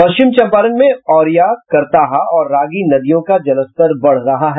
पश्चिम चम्पारण में ओरिया करताहा और रागी नदियों का जलस्तर बढ़ रहा है